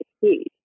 huge